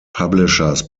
publishers